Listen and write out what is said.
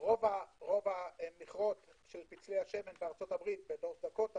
רוב המכרות של פצלי השמן בארצות הברית ייסגרו.